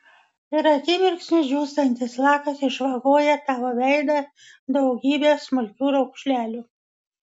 ir akimirksniu džiūstantis lakas išvagoja tavo veidą daugybe smulkių raukšlelių